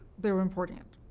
they were importing it.